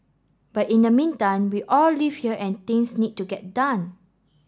but in the meantime we all live here and things need to get done